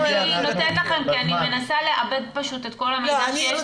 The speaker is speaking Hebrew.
אני נותנת לכם כי אני מנסה לעבד פשוט את כל המידע שיש